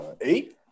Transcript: Eight